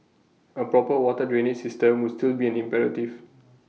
A proper water drainage system would still be an imperative